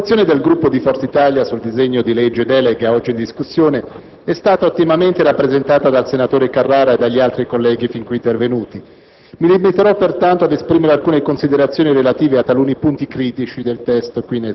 *(FI)*. Signor Presidente, onorevoli colleghi, la posizione del Gruppo Forza Italia sul disegno di legge delega oggi in discussione è stata ottimamente rappresentata dal senatore Carrara e dagli altri colleghi fin qui intervenuti.